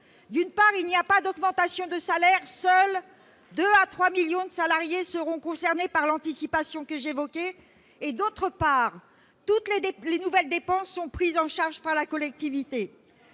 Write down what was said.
d'une part, il n'y a pas d'augmentation de salaire- seuls 2 à 3 millions de salariés seront concernés par l'anticipation que j'évoquais -et, d'autre part, toutes les nouvelles dépenses seront prises en charge par la collectivité.